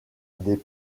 des